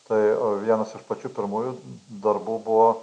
tai vienas iš pačių pirmųjų darbų buvo